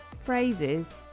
phrases